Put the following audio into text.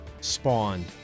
spawned